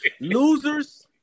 Losers